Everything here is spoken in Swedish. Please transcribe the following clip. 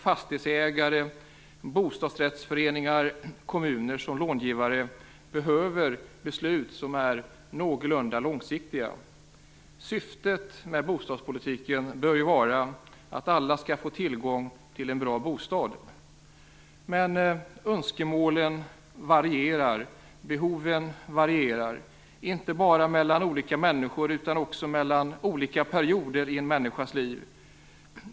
Fastighetsägare, bostadsrättsföreningar, kommuner och långivare behöver beslut som är någorlunda långsiktiga. Syftet med bostadspolitiken bör ju vara att alla skall få tillgång till en bra bostad. Men önskemålen och behoven varierar, inte bara mellan olika människor utan också mellan olika perioder i en människas liv.